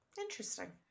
Interesting